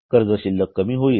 कर्ज शिल्लक कमी होईल